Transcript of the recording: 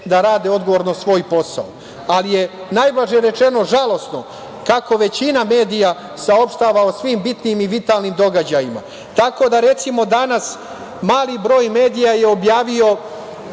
da rade odgovorno svoj posao, ali je najblaže rečeno žalosno kako većina medija saopštava o svim bitnim i vitalnim događajima. Tako da, recimo, danas mali broj medija je objavio